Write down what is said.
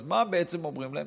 אז מה בעצם אומרים להם?